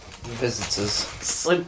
visitors